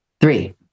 Three